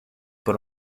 por